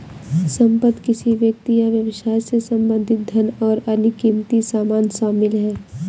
संपत्ति किसी व्यक्ति या व्यवसाय से संबंधित धन और अन्य क़ीमती सामान शामिल हैं